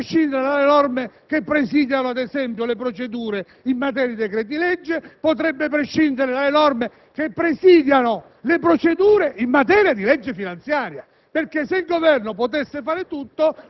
il provvedimento in esame; potrebbe prescindere dalle norme che presidiano, ad esempio, le procedure in materia di decreti-legge; potrebbe prescindere dalle norme che presidiano le procedure in materia di legge finanziaria.